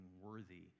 worthy